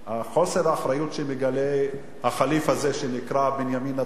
חוסר האחריות שמגלה הח'ליף הזה שנקרא בנימין נתניהו,